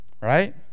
right